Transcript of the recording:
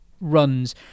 runs